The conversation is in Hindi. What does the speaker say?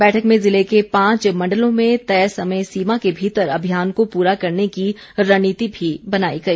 बैठक में ज़िले के पांचों मण्डलों में तय समय सीमा के भीतर अभियान को पूरा करने की रणनीति भी बनाई गई